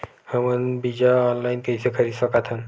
हमन बीजा ऑनलाइन कइसे खरीद सकथन?